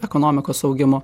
ekonomikos augimo